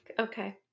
Okay